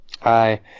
Hi